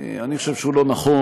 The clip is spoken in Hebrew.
אני חושב שהוא לא נכון.